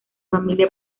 familia